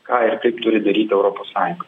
ką ir kaip turi daryti europos sąjunga